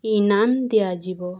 ଇନାମ୍ ଦିଆଯିବ